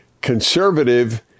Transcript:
conservative